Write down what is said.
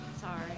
sorry